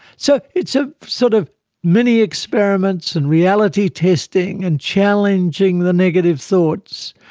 so it's ah sort of many experiments and reality testing and challenging the negative thoughts,